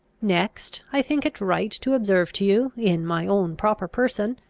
next, i think it right to observe to you, in my own proper person,